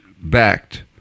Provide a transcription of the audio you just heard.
backed